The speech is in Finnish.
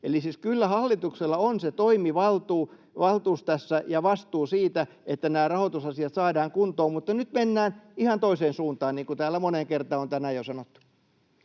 siis kyllä hallituksella on se toimivaltuus tässä ja vastuu siitä, että nämä rahoitusasiat saadaan kuntoon, mutta nyt mennään ihan toiseen suuntaan, niin kuin täällä moneen kertaan on tänään jo sanottu.